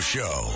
Show